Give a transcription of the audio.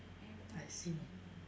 I see